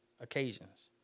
occasions